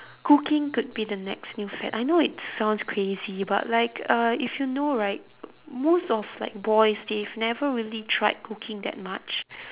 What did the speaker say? cooking could be the next new fad I know it sounds crazy but like uh if you know right most of like boys they've never really tried cooking that much